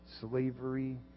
slavery